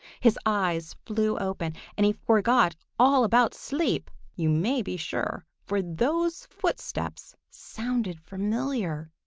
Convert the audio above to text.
his eyes flew open, and he forgot all about sleep, you may be sure, for those footsteps sounded familiar.